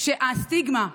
שהסטיגמה,